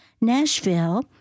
Nashville